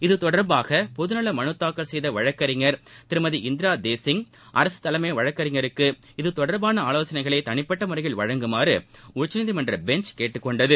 இத்தொடர்பாக பொது நல மனு தாக்கல் கெய்த வழக்கறிஞர் திருமதி இந்திரா தேசிங் அரசு தலைமை வழக்கறிஞருக்கு இத்தொடர்பான ஆலோசனைகளை தளிப்பட்ட முறையில் வழங்குமாறு உச்சநீதிமன்ற பெஞ்ச் கேட்டுக்கொண்டது